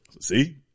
see